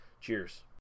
cheers